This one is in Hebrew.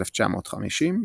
1950,